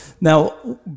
now